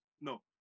No